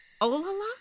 Olala